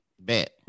Bet